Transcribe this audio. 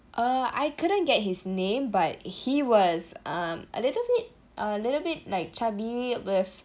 uh I couldn't get his name but he was um a little bit a little bit like chubby with